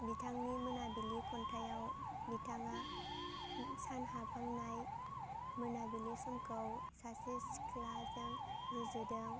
बिथांनि मोनाबिलि खन्थाइयाव बिथाङा सान हाबहांनाय मोनाबिलि समखौ सासे सिख्लाजों रुजुदों